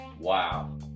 wow